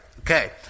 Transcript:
Okay